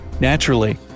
Naturally